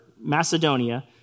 Macedonia